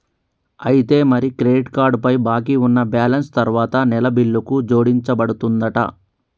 అయితే మరి credit card పై బాకీ ఉన్న బ్యాలెన్స్ తరువాత నెల బిల్లుకు జోడించబడుతుందంట